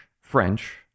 French